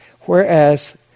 Whereas